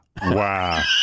Wow